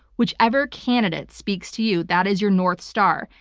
whichever candidate speaks to you, that is your north star.